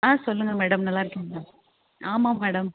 ஆ சொல்லுங்கள் மேடம் நல்லா இருக்கீங்களா ஆமாம் மேடம்